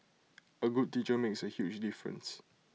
A good teacher makes A huge difference